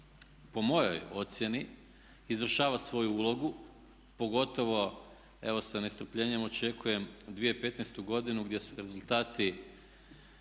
po mojoj ocjeni izvršava svoju ulogu pogotovo evo sa nestrpljenjem očekujem 2015.godinu gdje su rezultati